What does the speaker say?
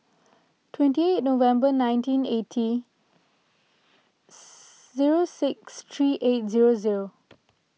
twenty eight November nineteen eighty zero six three eight zero zero